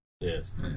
Yes